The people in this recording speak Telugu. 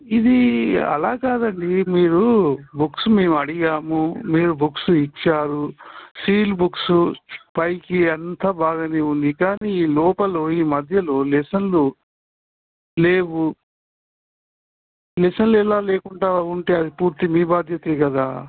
ఇది అలా కాదండి మీరు బుక్స్ మేము అడిగాము మీరు బుక్స్ ఇచ్చారు సీల్ బుక్స్ పైకి అంత బాగానే ఉంది కానీ ఈ లోపలు ఈ మధ్యలో లెసన్లు లేవు లెసన్లు ఎలా లేకుండా ఉంటే అది పూర్తి మీ బాధ్యతే కదా